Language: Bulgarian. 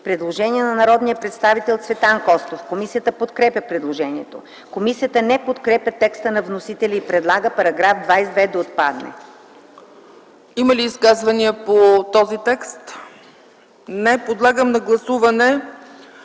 Предложение на народния представител Цветан Костов. Комисията подкрепя предложението. Комисията не подкрепя текста на вносителя и предлага § 22 да отпадне. ПРЕДСЕДАТЕЛ ЦЕЦКА ЦАЧЕВА: Има ли изказвания по този текст? Не. Подлагам на гласуване